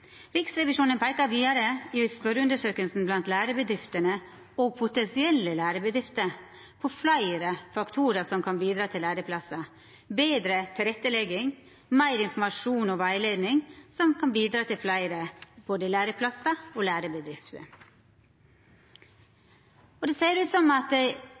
blant lærebedriftene og potensielle lærebedrifter peikar Riksrevisjonen vidare på fleire faktorar som kan bidra til læreplassar: betre tilrettelegging og meir informasjon og rettleiing, som kan bidra til både fleire læreplassar og fleire lærebedrifter. Det ser ut som